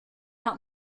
help